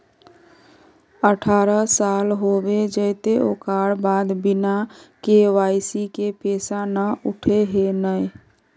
अठारह साल होबे जयते ओकर बाद बिना के.वाई.सी के पैसा न उठे है नय?